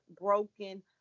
broken